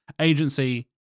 agency